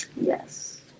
Yes